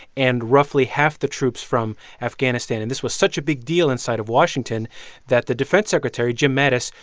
and roughly half the troops from afghanistan. and this was such a big deal inside of washington that the defense secretary, jim mattis,